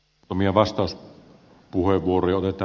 omia vastaus kuivuri on että